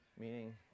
Meaning